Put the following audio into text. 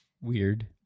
weird